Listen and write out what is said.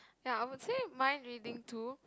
ya I would say mind reading too